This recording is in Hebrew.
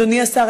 אדוני השר,